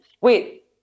wait